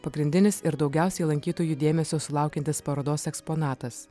pagrindinis ir daugiausiai lankytojų dėmesio sulaukiantis parodos eksponatas